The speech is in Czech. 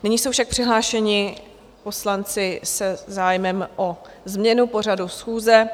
Nyní jsou však přihlášeni poslanci se zájmem o změnu pořadu schůze.